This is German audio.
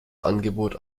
angebot